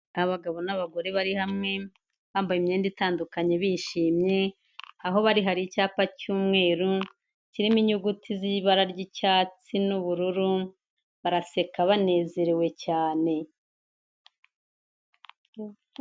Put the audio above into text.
Abagabo n'abagore bari hamwe bambaye imyenda itandukanye bishimye aho bari hari icyapa cy'umweru kirimo inyuguti z'ibara ry'icyatsi n'ubururu baraseka banezerewe cyane.